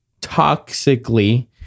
toxically